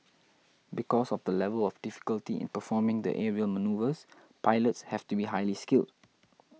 because of the level of difficulty in performing the aerial manoeuvres pilots have to be highly skilled